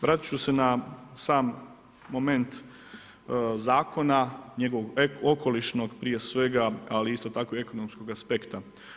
Vratiti ću se na sam moment Zakona, njegovog okolišnog, prije svega, ali isto tako i ekonomskog aspekta.